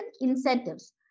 incentives